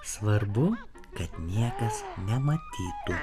svarbu kad niekas nematytų